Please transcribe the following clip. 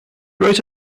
wrote